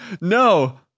No